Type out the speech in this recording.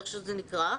איך שזה נקרא,